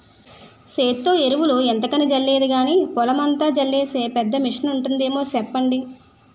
సేత్తో ఎరువులు ఎంతకని జల్లేది గానీ, పొలమంతా జల్లీసే పెద్ద మిసనుంటాదేమో సెప్పండి?